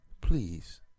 please